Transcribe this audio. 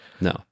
No